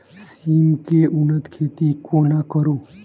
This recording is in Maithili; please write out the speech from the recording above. सिम केँ उन्नत खेती कोना करू?